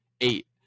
eight